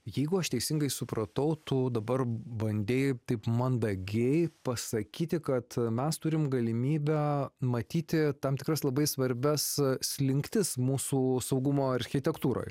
jeigu aš teisingai supratau tu dabar bandei taip mandagiai pasakyti kad mes turim galimybę matyti tam tikras labai svarbias slinktis mūsų saugumo architektūroje